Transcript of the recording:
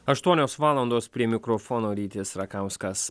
aštuonios valandos prie mikrofono rytis rakauskas